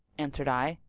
answered i,